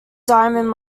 diamond